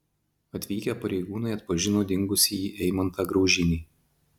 atvykę pareigūnai atpažino dingusįjį eimantą graužinį